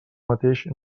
mateix